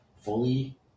fully